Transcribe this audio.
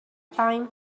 time